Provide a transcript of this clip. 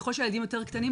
ככל שהילדים יותר קטנים,